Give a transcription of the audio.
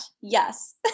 Yes